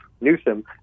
Newsom